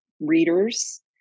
readers